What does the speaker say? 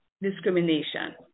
discrimination